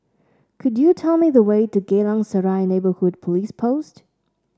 could you tell me the way to Geylang Serai Neighbourhood Police Post